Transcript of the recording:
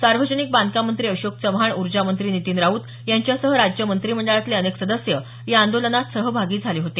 सार्वजनिक बांधकाम मंत्री अशोक चव्हाण ऊर्जामंत्री नितीन राऊत यांच्यासह राज्य मंत्रिमंडळातले अनेक सदस्य या आंदोलनात सहभागी झाले होते